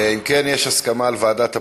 אם כן, יש הסכמה על ועדת הפנים.